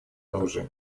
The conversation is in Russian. оружие